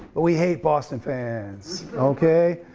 but we hate boston fans, okay?